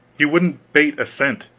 he wouldn't bate a cent.